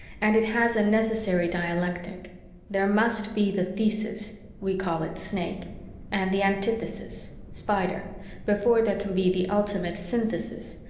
and it has a necessary dialectic there must be the thesis we call it snake and the antithesis spider before there can be the ultimate synthesis,